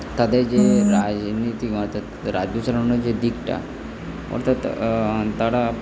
তাদের যে রাজনীতিক অর্থাৎ রাজ্য চালানোর যে দিকটা অর্থাৎ তারা